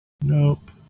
Nope